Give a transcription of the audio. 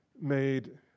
made